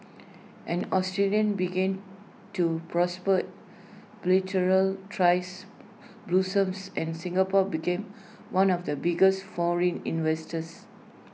an Australia began to prosper bilateral tries blossomed and Singapore became one of the biggest foreign investors